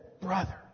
brother